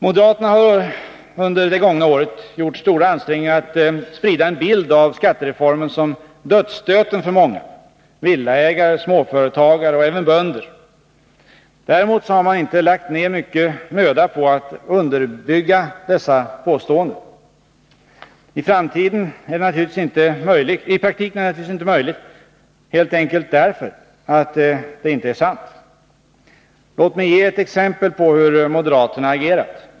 Moderaterna har under det gångna året gjort stora ansträngningar för att sprida en bild av skattereformen som ”dödsstöten för många villaägare, småföretagare och även bönder”. Däremot har man inte lagt ner mycken möda på att underbygga dessa påståenden. I praktiken är det naturligtvis inte möjligt, helt enkelt därför att det inte är sant. Låt mig ge ett exempel på hur moderaterna agerat.